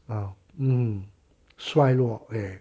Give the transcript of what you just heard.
啊嗯衰弱 okay